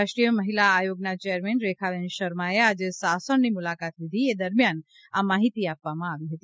રાષ્ટ્રીય મહિલા આયોગના ચેરમેન રેખાબેન શર્માએ આજે સાસણની મુલાકાત લીધી એ દરમિયાન આ માહિતી આપી હતી